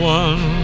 one